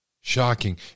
shocking